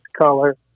color